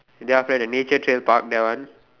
then after that the nature trail park that one